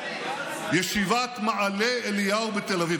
ישיבת מעלה אליהו בתל אביב,